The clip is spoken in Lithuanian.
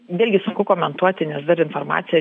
vėlgi sunku komentuoti nes dar informacija